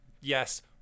yes